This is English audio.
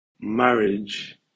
Marriage